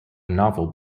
novel